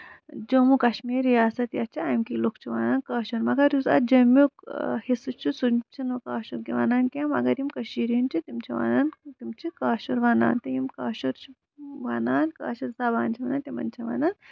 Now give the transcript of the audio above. جموں کَشمیٖر رِیاست یۄس چھِ اَمہِ کہِ لُکھ چھِ وَنان کٲشرٮ۪ن مگر یُس اَتھ جیمُک حِصہٕ چھُ سُہ چھُنہٕ کٲشُر وَنان کیٚنٛہہ مَگر یِم کٔشیٖر ہِندۍ چھِ تِم چھِ وَنان تِم چھِ کٲشُر وَنان تہٕ یِم کٲشُر چھِ وَنان کٲشُر زَبان چھِ وَنان تِمن چھِ وَنان